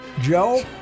Joe